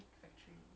homerun